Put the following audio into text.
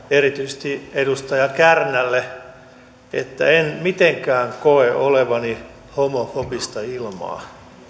erityisesti edustaja kärnälle että en mitenkään koe olevani homofobista ilmaa